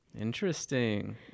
Interesting